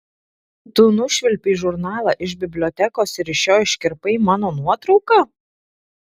tu nušvilpei žurnalą iš bibliotekos ir iš jo iškirpai mano nuotrauką